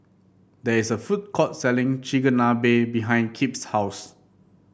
there is a food court selling Chigenabe behind Kip's house